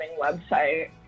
website